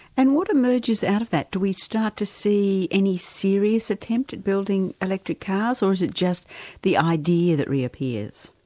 and what emerges out of that? do we start to see any serious attempt at building electric cars, or is it just the idea that reappears?